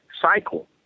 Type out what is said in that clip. cycle